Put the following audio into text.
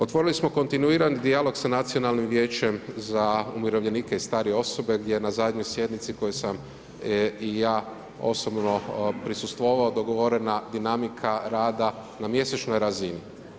Otvorili smo kontinuiran dijalog sa Nacionalnim vijećem za umirovljenike i starije osobe gdje na zadnjoj sjednici kojoj sam i ja osobno prisustvovao dogovorena dinamika rada na mjesečnoj razini.